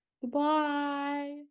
goodbye